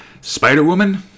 Spider-Woman